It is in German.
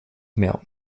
mehr